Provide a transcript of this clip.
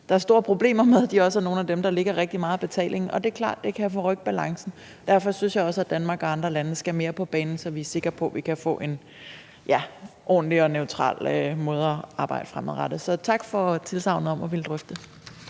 der er store problemer med, der også er nogle af dem, der lægger rigtig mange penge. Det er klart, at det kan forrykke balancen. Derfor synes jeg også, at Danmark og andre lande skal mere på banen, så vi er sikre på, at vi kan få en ordentlig og neutral måde at arbejde på fremadrettet. Så tak for tilsagnet om at ville drøfte